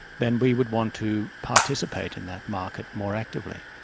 then we would want to participate in that market more actively.